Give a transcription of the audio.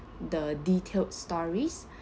the detailed stories